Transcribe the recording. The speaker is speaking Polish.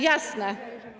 Jasne.